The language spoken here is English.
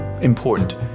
Important